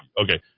Okay